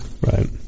Right